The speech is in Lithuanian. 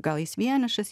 gal jis vienišas